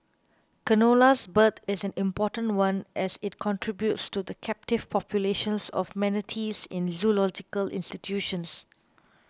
canola's birth is an important one as it contributes to the captive populations of manatees in zoological institutions